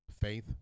faith